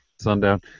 sundown